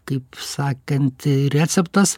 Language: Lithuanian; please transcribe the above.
kaip sakant receptas